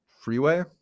Freeway